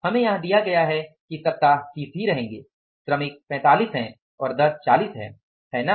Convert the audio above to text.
हमें यहां दिया गया है कि सप्ताह 30 ही रहेंगे श्रमिक 45 हैं और दर 40 है है ना